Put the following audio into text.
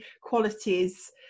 qualities